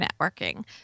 networking